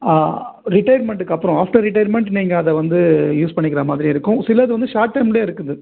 ஆ ரிடைர்மெண்ட்டுக்கு அப்புறம் after retirement நீங்கள் அதை வந்து யூஸ் பண்ணிக்கிற மாதிரி இருக்கும் சிலது வந்து ஷார்ட் டேர்ம்ல இருக்குது